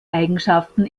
eigenschaften